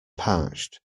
parched